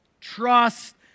trust